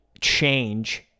change